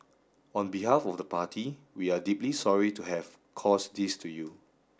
on behalf of the party we are deeply sorry to have caused this to you